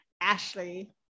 Ashley